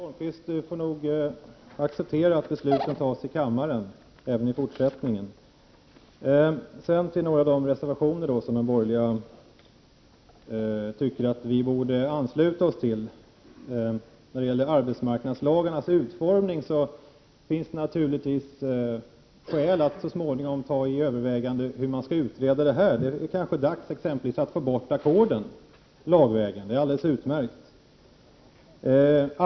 Herr talman! Erik Holmkvist får nog acceptera att besluten fattas i kammaren även i fortsättningen. Sedan något om de reservationer som de borgerliga tycker att vi borde ansluta oss till. När det gäller arbetsmarknadslagarnas utformning finns det skäl att så småningom ta under övervägande hur man skall utreda dem. Det är kanske dags att lagstiftningsvägen få bort ackorden. Det är alldeles utmärkt.